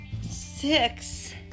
six